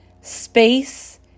space